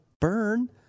burn